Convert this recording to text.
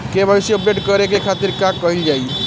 KYC update करे के खातिर का कइल जाइ?